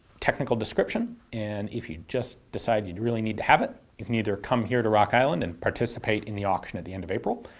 technical description. and if you just decide you really need to have it, you can either come here to rock island and participate in the auction at the end of april,